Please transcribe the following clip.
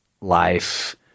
life